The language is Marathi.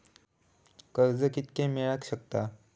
कर्ज कितक्या मेलाक शकता?